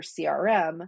CRM